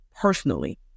personally